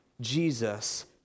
Jesus